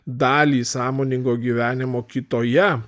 dalį sąmoningo gyvenimo kitoje